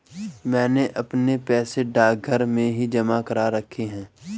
मैंने अपने पैसे डाकघर में ही जमा करा रखे हैं